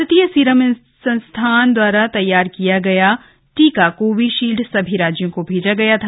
भारतीय सीरम संस्थान द्वारा तैयार किया गया टीका कोविशील्ड सभी राज्यों को भेजा गया था